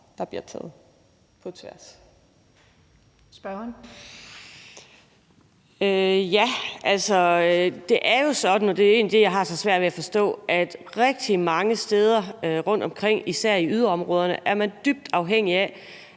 Anni Matthiesen (V): Ja, det er jo sådan – og det er egentlig det, jeg har så svært ved at forstå – at rigtig mange steder rundtomkring, især i yderområderne, er man dybt afhængig af,